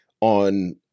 on